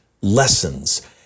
lessons